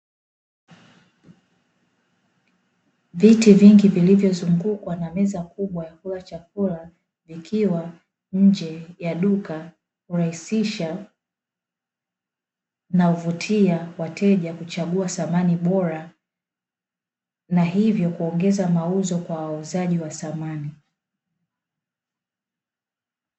Viti vingi vilivyo zungukwa na meza kubwa ya kulia chakula vikiwa nje ya duka kurahisisha na kuvutia wateja kuchagua samani bora na hivyo kuongeza mauzo kwa wauzaji wa samani.